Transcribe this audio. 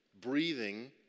breathing